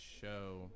show